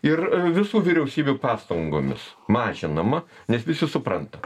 ir visų vyriausybių pastangomis mažinama nes visi supranta